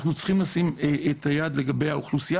אנחנו צריכים לשים את היד לגבי האוכלוסייה